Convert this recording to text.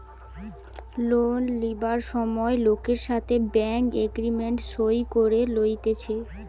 loan লিবার সময় লোকের সাথে ব্যাঙ্ক এগ্রিমেন্ট সই করে লইতেছে